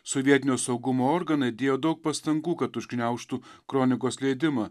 sovietinio saugumo organai dėjo daug pastangų kad užgniaužtų kronikos leidimą